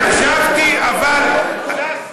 זו תשובה נכונה.